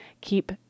Keep